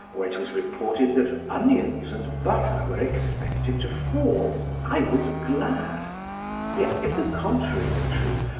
or it was reported that onions and butter were expected to fall, i was glad yet, if the contrary were true,